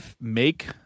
make